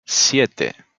siete